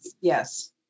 Yes